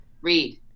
Read